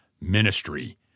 ministry